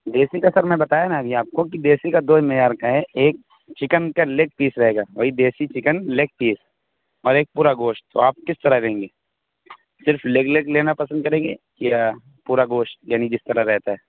دیسی کا سر میں بتایا نا ابھی آپ کو کہ دیسی کا دو معیار کا ہے ایک چکن کا لیگ پیس رہے گا وہی دیسی چکن لیگ پیس اور ایک پورا گوشت تو آپ کس طرح لیں گے صرف لیگ لیگ لینا پسند کریں گے یا پورا گوشت یعنی جس طرح رہتا ہے